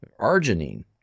arginine